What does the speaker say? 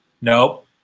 Nope